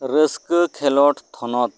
ᱨᱟᱹᱥᱠᱟᱹ ᱠᱷᱮᱞᱳᱰ ᱛᱷᱚᱱᱚᱛ